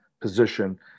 position